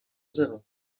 zero